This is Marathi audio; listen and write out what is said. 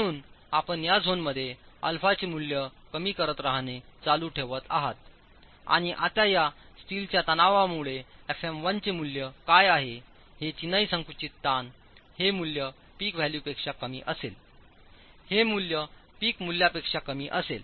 म्हणून आपण या झोनमध्ये α चे मूल्य कमी करत रहाणे चालू ठेवत आहात आणि आता या स्टीलच्या ताणामुळे fm 1 चे मूल्य काय आहे हे चिनाई संकुचित ताण हे मूल्य पीक व्हॅल्यूपेक्षा कमी असेल हे मूल्य पीक मूल्यापेक्षा कमी असेल